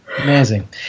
amazing